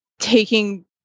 taking